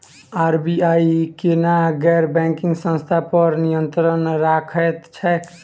RBI केना गैर banking संस्था पर नियत्रंण राखैत छैक?